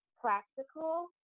practical